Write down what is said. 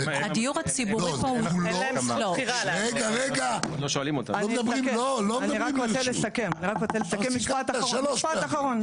אני רק רוצה לסכם, משפט אחרון.